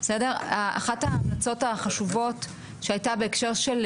אחת ההמלצות החשובות שהייתה בהקשר של